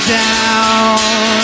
down